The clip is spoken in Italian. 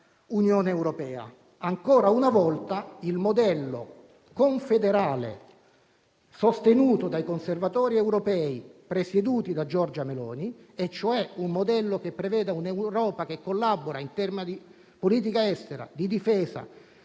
Unione europea. Ancora una volta, il modello confederale sostenuto dai conservatori europei presieduti da Giorgia Meloni, vale a dire un modello con un'Europa che collabora in tema di politica estera, di difesa,